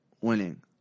winning